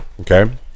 Okay